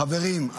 חברים,